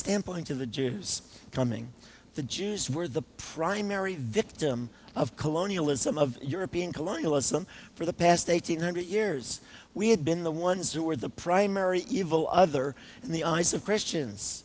standpoint of the jews coming the jews were the primary victim of colonialism of european colonialism for the past eight hundred years we have been the ones who are the primary evil other in the eyes of christians